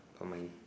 oh my